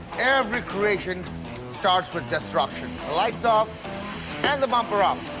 every creation starts with destruction. lights off and the bumper up.